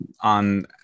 on